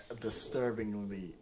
disturbingly